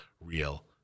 real